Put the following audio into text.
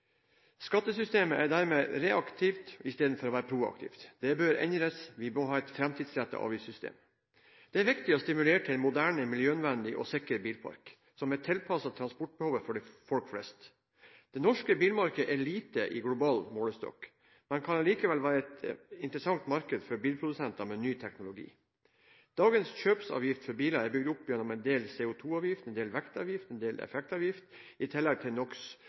Skattesystemet er dermed reaktivt istedenfor å være proaktivt. Det bør endres. Vi må ha et framtidsrettet avgiftssystem. Det er viktig å stimulere til en moderne, miljøvennlig og sikker bilpark, som er tilpasset transportbehovet til folk flest. Det norske bilmarkedet er lite i global målestokk, men kan allikevel være et interessant marked for bilprodusenter med ny teknologi. Dagens kjøpsavgift for biler er bygd opp gjennom en del CO2-avgift, en del vektavgift, en del effektavgift, i tillegg til